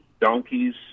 donkeys